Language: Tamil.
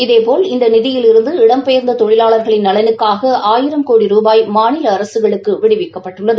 இதேபோல் இந்த நிதியிலிருந்து இடம்பெயர்ந்த தொழிலாளர்களின் நலனுக்காக ஆயிரம் கோடி ரூபாய் மாநில அரசுகளுக்கு விடுவிக்கப்பட்டுள்ளது